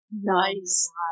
Nice